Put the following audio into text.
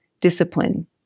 discipline